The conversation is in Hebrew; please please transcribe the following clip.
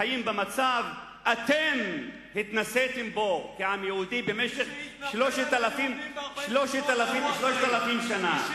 שחיים במצב שאתם התנסיתם בו כעם יהודי במשך 3,000 שנה,